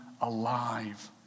alive